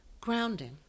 grounding